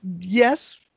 Yes